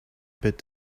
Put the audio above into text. bit